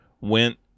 went